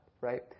right